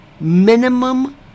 minimum